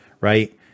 right